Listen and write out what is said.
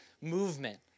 movement